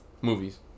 Movies